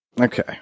Okay